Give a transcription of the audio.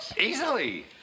Easily